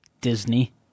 Disney